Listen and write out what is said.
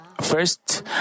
First